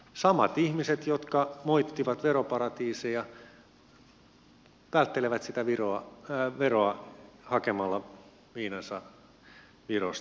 samat ihmiset jotka moittivat veroparatiiseja välttelevät sitä veroa hakemalla viinansa virosta itse